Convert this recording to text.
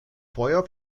feuer